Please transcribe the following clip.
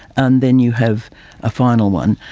and then you have a final one.